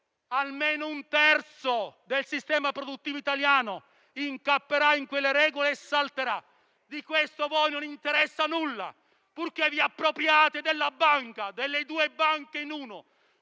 Almeno un terzo del sistema produttivo italiano incapperà in quelle regole e salterà. Di questo non vi interessa nulla purché vi appropriate delle due banche che